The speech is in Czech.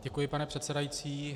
Děkuji, pane předsedající.